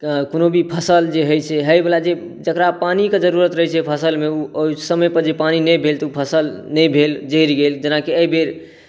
कोनो भी फसिल जे होइ छै होइवला जे जकरा पानिके जरूरत रहै छै फसिलमे तऽ ओ समयपर पानि नहि भेल तऽ ओ फसिल नहि भेल जरि गेल जेनाकि एहिबेर